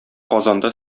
казанда